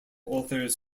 authors